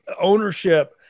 ownership